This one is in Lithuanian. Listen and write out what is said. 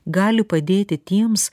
gali padėti tiems